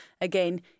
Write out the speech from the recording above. again